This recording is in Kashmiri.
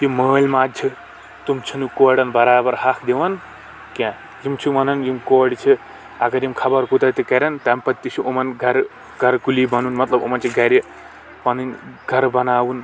یِم مألۍ ماجہِ چھ تِم چھنہٕ کورٮ۪ن برابر حق دِوان کیٚنٛہہ یِم چھ ونان یِم کورِ چھ اگر یِم خبر کوٗتاہ تہِ کرَن تَمہِ پتہٕ تہِ چھ یِمن گرٕ گرٕ کُلی بنُن مطلب یِمن چھ گرِ پنٕنۍ گرٕ بناوُن